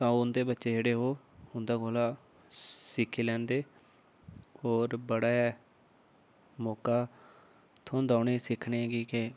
तां उं'दे बच्चे जेह्ड़े ओह् उं'दे कोला सिक्खी लैंदे होर बड़ा ऐ मौका थ्होंदा उ'नेंगी सिक्खने गी के